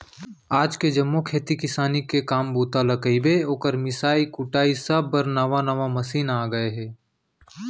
आज के जम्मो खेती किसानी के काम बूता ल कइबे, ओकर मिंसाई कुटई सब बर नावा नावा मसीन आ गए हे